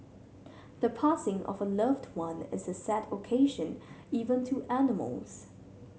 the passing of a loved one is a sad occasion even to animals